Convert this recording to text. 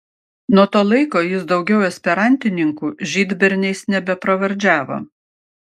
nuo to laiko jis daugiau esperantininkų žydberniais nebepravardžiavo